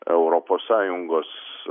europos sąjungos